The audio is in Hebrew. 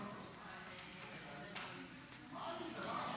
כנסת נכבדה,